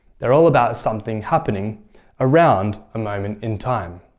they are all about something happening around a moment in time.